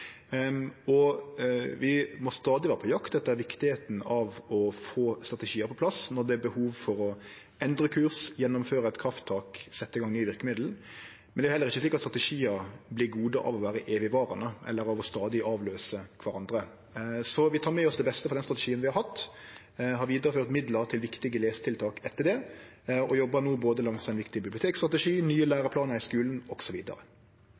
Vi må stadig vere på jakt etter viktigheita av å få strategiar på plass når det er behov for å endre kurs, gjennomføre eit krafttak og setje i gang med nye verkemiddel, men det er heller ikkje slik at strategiar vert gode av å vere evigvarande eller av stadig å avløyse kvarandre. Vi tek med oss det beste frå den strategien vi har hatt, vi har vidareført midlar til viktige lesetiltak etter det, og vi jobbar no vidare både med ein viktig bibliotekstrategi og nye læreplanar i skulen.